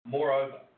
Moreover